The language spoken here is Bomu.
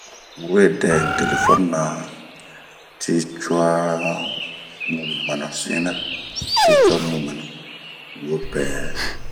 n'wedɛ n'telefon na cua,,,muɲɛnnu sina wopɛɛ